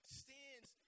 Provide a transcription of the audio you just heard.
stands